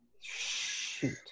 Shoot